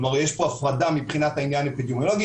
כלומר, יש כאן הפרדה מבחינת העניין האפידמיולוגי.